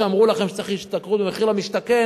כשאמרו לכם שצריך כושר השתכרות במחיר למשתכן,